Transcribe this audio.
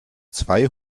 zwei